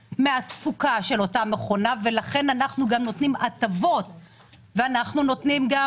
מהתפוקה של אותה מכונה ולכן אנחנו גם נותנים הטבות ונותנים גם